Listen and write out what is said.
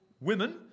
women